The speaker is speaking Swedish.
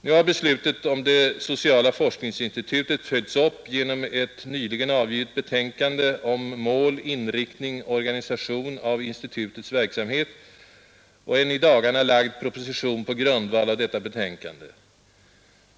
Nu har beslutet om det sociala forskningsinstitutet följts upp genom ett nyligen avgivet betänkande om mål, inriktning och organisation av institutets verksamhet och en i dagarna lagd proposition på grundval av detta betänkande.